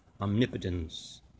omnipotence